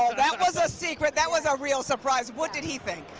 ah that was a secret, that was a real surprise, what did he think?